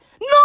No